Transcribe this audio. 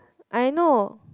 I know